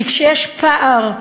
כי כשיש פער,